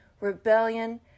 rebellion